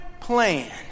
plan